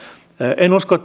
en usko